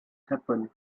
happen